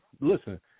listen